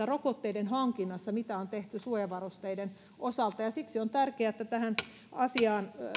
rokotteiden hankinnassa samaa virhettä mitä on tehty suojavarusteiden osalta ja siksi on tärkeää että tähän asiaan